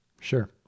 Sure